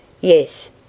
Yes